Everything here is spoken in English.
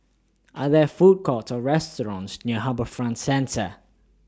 Are There Food Courts Or restaurants near HarbourFront Centre